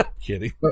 kidding